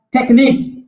techniques